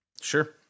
Sure